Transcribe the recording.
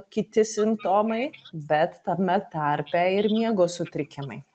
kiti simptomai bet tame tarpe ir miego sutrikimai